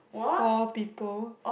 four people